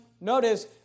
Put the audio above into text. notice